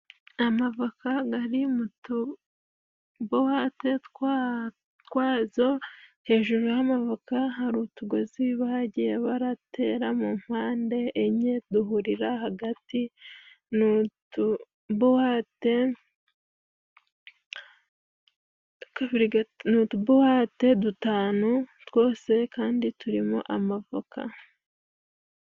Amavoka gari mu tubuwate twazo hejuru y'amavoka hari utugozi bagiye baratera mu mpande enye duhurira hagati, ni utubuwate dutanu twose kandi turimo amavoka.